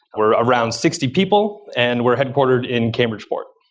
we're around sixty people and we're headquartered in cambridgeport.